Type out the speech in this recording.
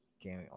game